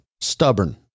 Stubborn